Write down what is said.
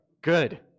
Good